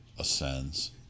Ascends